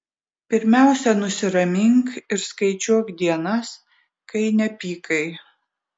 pirmiausia nusiramink ir skaičiuok dienas kai nepykai